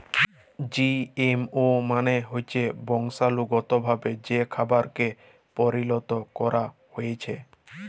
GMO মালে হচ্যে বংশালুগতভাবে যে খাবারকে পরিলত ক্যরা হ্যয়েছে